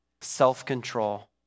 self-control